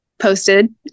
posted